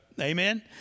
Amen